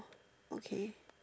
okay